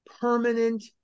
permanent